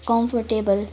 comfortable